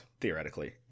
theoretically